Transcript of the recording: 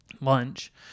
lunch